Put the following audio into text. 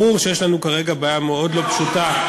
ברור שיש לנו כרגע בעיה מאוד לא פשוטה,